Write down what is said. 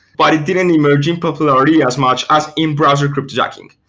but it didn't emerge in popularity as much as in browser cryptojacking.